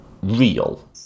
real